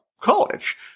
college